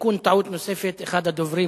תיקון טעות נוספת: אחד הדוברים,